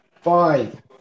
five